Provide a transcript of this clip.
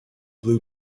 blue